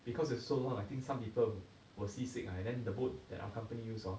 because it's so long I think some people will sea sick ah and then the boat that our company use orh